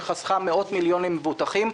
שחסכה מאות מיליוני שקלים למבוטחים.